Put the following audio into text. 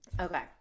Okay